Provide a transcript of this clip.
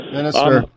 Minister